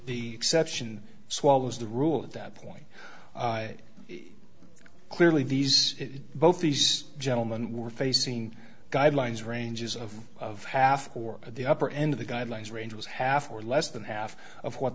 the exception swallows the rule at that point clearly these both these gentlemen were facing guidelines ranges of half or at the upper end of the guidelines range was half or less than half of what